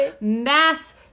mass